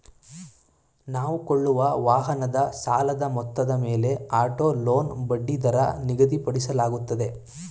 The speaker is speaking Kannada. ನಾವು ಕೊಳ್ಳುವ ವಾಹನದ ಸಾಲದ ಮೊತ್ತದ ಮೇಲೆ ಆಟೋ ಲೋನ್ ಬಡ್ಡಿದರ ನಿಗದಿಪಡಿಸಲಾಗುತ್ತದೆ